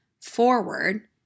forward